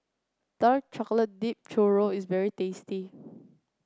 Dark Chocolate Dipped Churro is very tasty